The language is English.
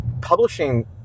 publishing